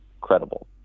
credible